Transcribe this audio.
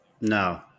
No